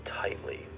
tightly